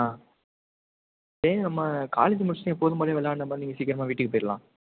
ஆ சரி நம்ம காலேஜ் முடிச்சுட்டு எப்போதும் போகலையே வெள்ளாடுற மாதிரி நீங்கள் சீக்கிரமாக வீட்டுக்கு போயிடலாம்